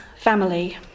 family